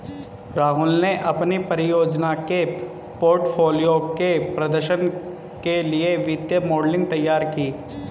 राहुल ने अपनी परियोजना के पोर्टफोलियो के प्रदर्शन के लिए वित्तीय मॉडलिंग तैयार की